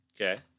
Okay